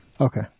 okay